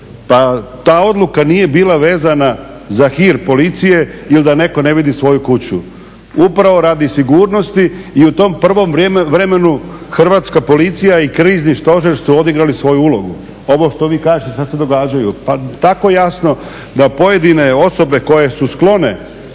Pa ta odluka nije bila vezana za hir policije ili da netko ne vidi svoju kuću. Upravo radi sigurnosti i u tom prvom vremenu Hrvatska policija i krizni stožer su odigrali svoju ulogu. Ovo što vi kažete sad se događaju, pa tako jasno da pojedine osobe koje su sklone